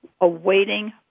awaiting